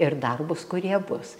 ir darbus kurie bus